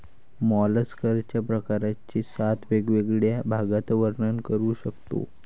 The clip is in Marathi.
मॉलस्कच्या प्रकारांचे सात वेगवेगळ्या भागात वर्णन करू शकतो